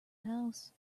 house